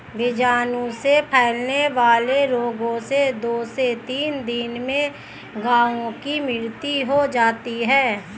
बीजाणु से फैलने वाले रोगों से दो से तीन दिन में गायों की मृत्यु हो जाती है